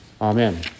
Amen